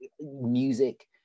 music